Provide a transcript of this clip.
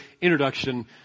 Introduction